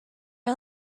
are